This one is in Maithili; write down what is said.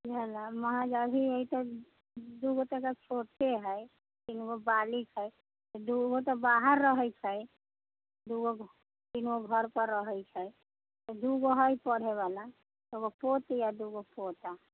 बुझलहुँ महज अभी दुगो तऽ एखन छोटे हइ तीनगो बालिग हइ दुगो तऽ बाहर रहै छै दुगो तीनगो घरपर रहै छै दुगो हइ पढ़ैवला एगो पोती आओर दुगो पोता